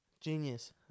Genius